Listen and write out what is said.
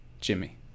Jimmy